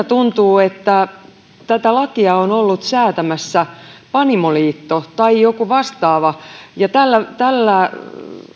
tuntuu että tätä lakia on ollut säätämässä panimoliitto tai joku vastaava tällä